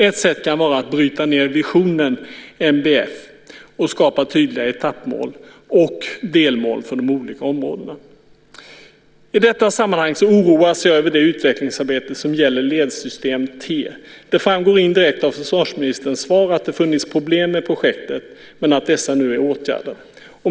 Ett sätt kan vara att bryta ned visionen NBF och skapa tydliga etappmål och delmål för de olika områdena. I detta sammanhang oroas jag över det utvecklingsarbete som gäller Ledsyst T. Det framgår indirekt av försvarsministerns svar att det har funnits problem med projektet, men att dessa nu är åtgärdade.